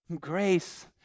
grace